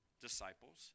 disciples